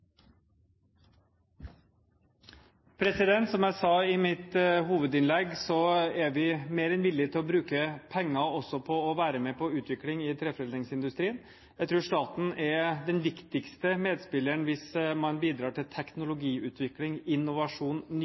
regjeringen. Som jeg sa i mitt hovedinnlegg, er vi mer enn villige til å bruke penger også på å være med på utvikling i treforedlingsindustrien. Jeg tror staten er den viktigste medspilleren hvis man skal bidra til teknologiutvikling, innovasjon, nye